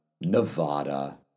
Nevada